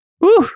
Woo